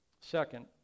Second